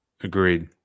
Agreed